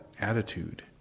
attitude